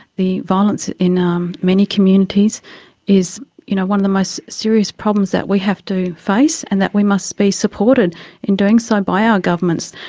the violence in um many communities is you know one of the most serious problems that we have to face and that we must be supported in doing so by our governments.